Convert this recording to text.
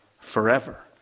forever